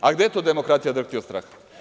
A, gde to demokratija drhti od straha?